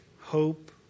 hope